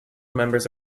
members